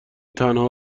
تنها